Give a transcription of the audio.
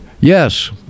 Yes